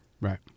Right